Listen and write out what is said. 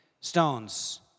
stones